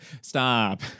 stop